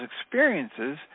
experiences